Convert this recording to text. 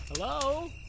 Hello